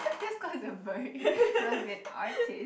just cause the beret you must be an artist